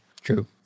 True